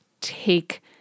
take